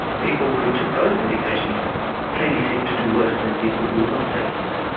people who took those medications clearly seemed to do worse than people who are not taking them.